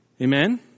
Amen